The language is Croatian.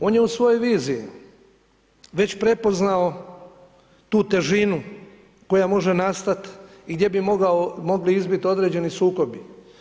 On je u svojoj viziji već prepoznao tu težinu koja može nastat i gdje bi mogli izbit određeni sukobi.